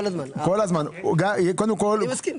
אני מסכים.